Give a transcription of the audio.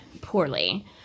poorly